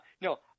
No